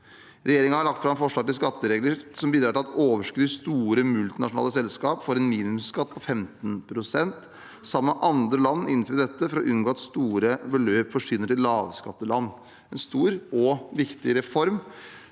Regjeringen har lagt fram forslag til skatteregler som bidrar til at overskudd i store multinasjonale selskap får en minimumsskatt på 15 pst. Sammen med andre land innfører vi dette for å unngå at store beløp forsvinner til lavskatteland, en stor og viktig reform